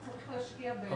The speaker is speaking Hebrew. צריך להשקיע בהם.